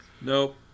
Nope